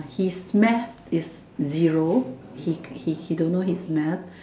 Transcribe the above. his math is zero he he he don't know his math